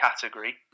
category